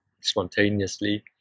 spontaneously